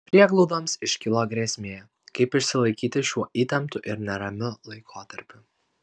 prieglaudoms iškilo grėsmė kaip išsilaikyti šiuo įtemptu ir neramiu laikotarpiu